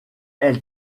elle